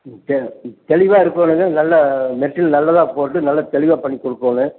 ம் சரி ம் தெளிவாக இருக்கணுங்க நல்லா மெட்டீரியல் நல்லதாக போட்டு நல்ல தெளிவாக பண்ணிக் கொடுக்கணும்